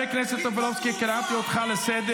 אמרת.